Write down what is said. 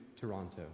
Toronto